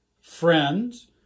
friends